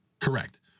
correct